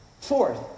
Fourth